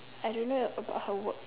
I don't know about her work